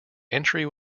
entry